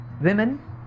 women